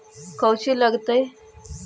कौची लगतय?